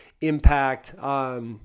impact